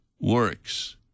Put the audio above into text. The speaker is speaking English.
works